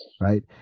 right